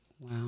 Wow